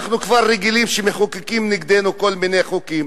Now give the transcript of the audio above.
אנחנו כבר רגילים שמחוקקים נגדנו כל מיני חוקים,